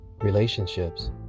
Relationships